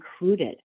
included